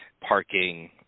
parking